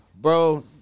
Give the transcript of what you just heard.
Bro